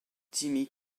jimmy